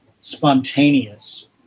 spontaneous